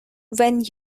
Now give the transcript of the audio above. when